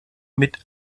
mit